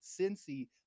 Cincy